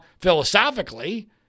philosophically